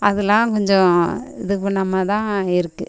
அதலாம் கொஞ்சம் இது பண்ணாமல் தான் இருக்குது